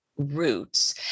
roots